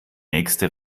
nächste